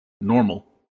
normal